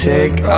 Take